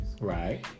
Right